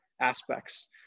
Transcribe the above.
aspects